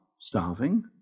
starving